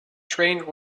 trained